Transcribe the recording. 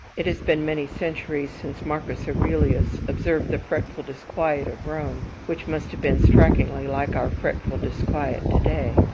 it has been many centuries since marcus aurelius observed the fretful disquiet of rome, which must have been strikingly like our fretful disquiet to-day,